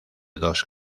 dos